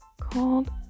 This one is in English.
called